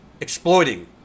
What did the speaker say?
exploiting